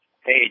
Hey